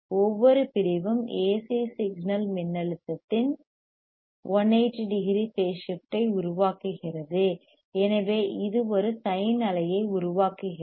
ஒவ்வொரு பிரிவும் AC signal மின்னழுத்தத்தின் 1800 பேஸ் ஷிப்ட் ஐ உருவாக்குகிறது எனவே இது ஒரு சைன் அலையை உருவாக்குகிறது